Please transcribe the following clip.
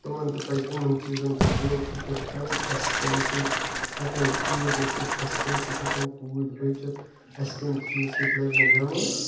تِمَن تہِ پَزِ یِمَن چیٖزَن پٮ۪ٹھ غور و فکر کَرٕنۍ اسہِ کَمہِ سۭتۍ ہیٚکَن ٹھیٖک گٔژھِتھ اسہِ کَمہِ سۭتۍ ہیٚکَن پوٗتۍ بٔچِتھ اسہِ کَمہِ چیٖز سۭتۍ لَگہِ نہٕ بیٚمٲرۍ